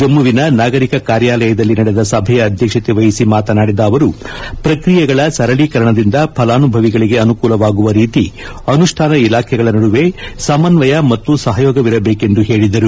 ಜಮ್ನುವಿನ ನಾಗರಿಕ ಕಾರ್ಯಾಲಯದಲ್ಲಿ ನಡೆದ ಸಭೆಯ ಅಧ್ವಕತೆ ವಹಿಸಿ ಮಾತನಾಡಿದ ಅವರು ಪ್ರಕ್ರಿಯೆಗಳ ಸರಳೀಕರಣದಿಂದ ಫಲಾನುಭವಿಗಳಿಗೆ ಅನುಕೂಲವಾಗುವ ರೀತಿ ಅನುಷ್ಠಾನ ಇಲಾಖೆಗಳ ನಡುವೆ ಸಮನ್ವಯ ಮತ್ತು ಸಹಯೋಗವಿರದೇಕೆಂದು ಹೇಳಿದರು